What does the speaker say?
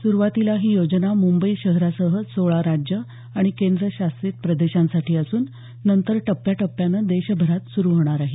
सुरुवातीला ही योजना मुंबई शहरासह सोळा राज्यं आणि केंद्रशासित प्रदेशांसाठी असून नंतर टप्प्याटप्प्यानं देशभरात सुरू होणार आहे